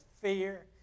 fear